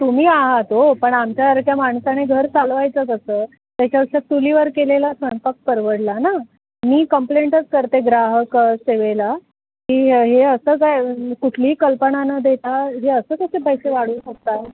तुम्ही आहात ओ पण आमच्यासारख्या माणसाने घर चालवायचं असं त्याच्यापेक्षा चुलीवर केलेला स्वयंपाक परवडला ना मी कम्प्लेंटच करते ग्राहक सेवेला की हे असं काय कुठलीही कल्पनानं देता जे असं कसे पैसे वाढू शकता